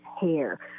hair